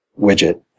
widget